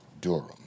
Durham